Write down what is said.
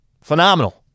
Phenomenal